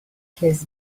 his